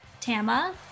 Tama